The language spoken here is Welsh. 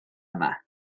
yma